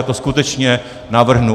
Já to skutečně navrhnu.